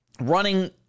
Running